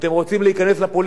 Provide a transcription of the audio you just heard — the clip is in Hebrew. אתם יכולים להמתין,